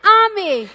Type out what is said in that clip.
army